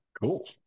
Cool